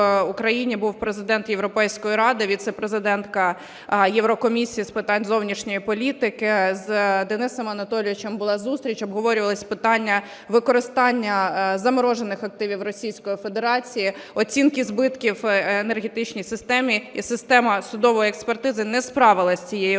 в Україні був Президент Європейської Ради, віцепрезидентка Єврокомісії з питань зовнішньої політики. З Денисом Анатолійовичем була зустріч, обговорювались питання використання заморожених активів Російської Федерації, оцінки збитків в енергетичній системі. І система судової експертизи не справилась з цією